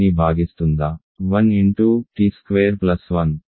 1 t square plus 1 t square plus 1 అవుతుంది